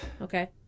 Okay